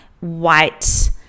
white